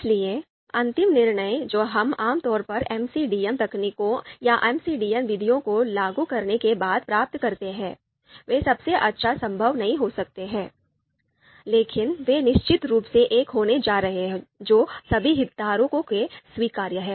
इसलिए अंतिम निर्णय जो हम आमतौर पर एमसीडीएम तकनीकों या एमसीडीएम विधियों को लागू करने के बाद प्राप्त करते हैं वे सबसे अच्छा संभव नहीं हो सकते हैं लेकिन वे निश्चित रूप से एक होने जा रहे हैं जो सभी हितधारकों के लिए स्वीकार्य है